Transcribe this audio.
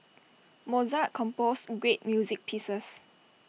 Mozart composed great music pieces